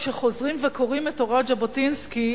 כשחוזרים וקוראים את תורת ז'בוטינסקי,